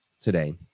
today